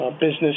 business